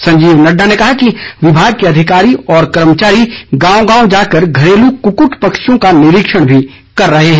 संजीव नड्डा ने कहा कि विभाग के अधिकारी और कर्मचारी गांव गांव जाकर घरेलू कुक्कट पक्षियों का निरिक्षण भी कर रहे हैं